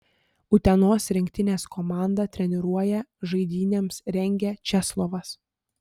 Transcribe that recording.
utenos rinktinės komandą treniruoja žaidynėms rengia česlovas